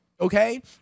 okay